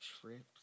trips